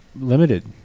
limited